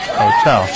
Hotel